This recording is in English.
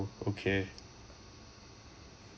okay